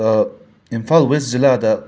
Imphal west ꯖꯤꯂꯥꯗ